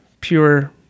pure